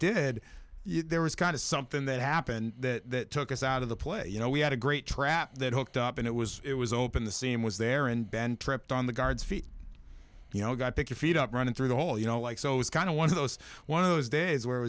did there was kind of something that happened that took us out of the play you know we had a great trap that hooked up and it was it was open the seam was there and ben tripped on the guard's feet you know got pick your feet up running through the hole you know like so it was kind of one of those one of those days where it